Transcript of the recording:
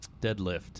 Deadlift